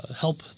help